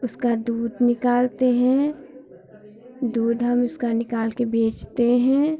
उसका दूध निकालते हैं दूध हम उसका निकाल के बेचते हैं